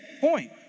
Point